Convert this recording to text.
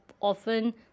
often